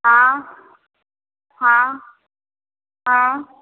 हाँ हाँ हाँ